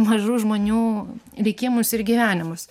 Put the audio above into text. mažų žmonių likimus ir gyvenimus